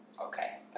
Okay